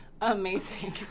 amazing